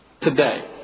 today